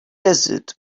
desert